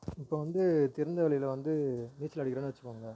இப்போது வந்து திறந்த வெளியில் வந்து நீச்சல் அடிக்கிறோம்னு வச்சுக்கோங்க